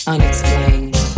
Unexplained